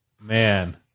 Man